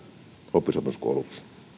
oppisopimuskoulutus